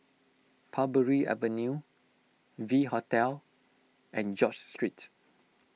Parbury Avenue V Hotel and George Street